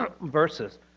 verses